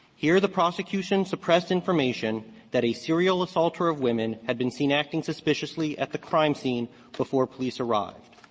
here the prosecution suppressed information that a serial assaulter of women had been seen acting suspiciously at the crime scene before police arrived.